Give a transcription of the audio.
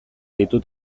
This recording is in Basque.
deitua